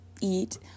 eat